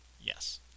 Yes